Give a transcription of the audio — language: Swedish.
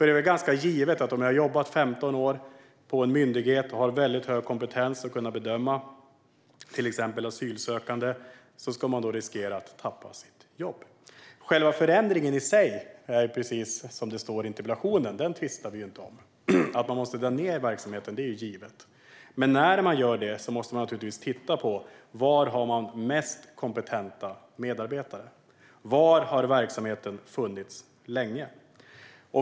Det är väl ganska givet att de som har jobbat 15 år på en myndighet har hög kompetens att bedöma till exempel asylsökande. Nu riskerar de att förlora sitt jobb. Själva förändringen som det står om i interpellationen tvistar vi inte om. Att man måste dra ned verksamheten är givet. Men när man gör det måste man titta på var man har de mest kompetenta medarbetarna och var verksamheten har funnits länge.